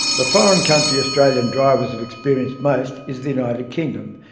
the foreign country australian drivers have experienced most is the united kingdom,